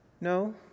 No